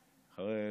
רע.